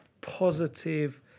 positive